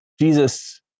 Jesus